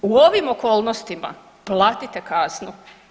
U ovim okolnostima platite kaznu.